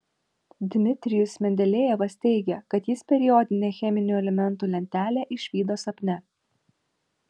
dmitrijus mendelejevas teigė kad jis periodinę cheminių elementų lentelę išvydo sapne